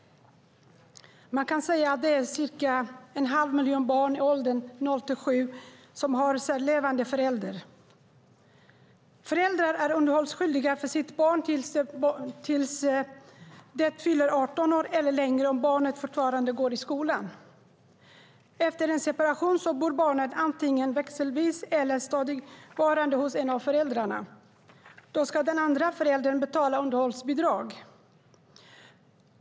Man kan säga att det är cirka en halv miljon barn i åldrarna upp till 17 år som har särlevande föräldrar. Föräldrar är underhållsskyldiga för sitt barn tills det fyller 18 år eller längre om barnet fortfarande går i skolan. Efter en separation bor barnet antingen växelvis eller stadigvarande hos en av föräldrarna. Då ska den andra föräldern betala underhållsbidrag.